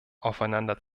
aufeinander